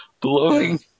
blowing